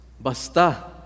basta